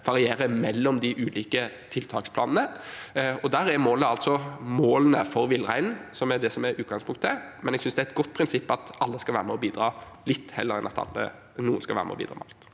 variere mellom de ulike tiltaksplanene. Målet der er altså målene for villreinen, som er det som er utgangspunktet, men jeg synes det er et godt prinsipp at alle skal være med og bidra litt, heller enn at noen skal være med og bidra med alt.